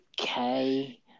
okay